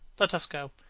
let us go.